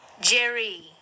Jerry